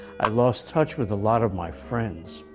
i lost touch with a lot of my friends.